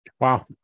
Wow